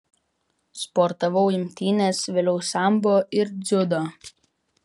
sportavau imtynes vėliau sambo ir dziudo